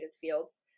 fields